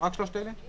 רק שלושת אלה?